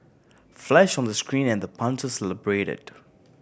flash on the screen and the punter celebrated